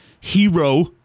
hero